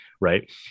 Right